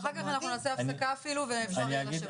אחר כך נעשה הפסקה ואפשר יהיה לשבת ולדבר.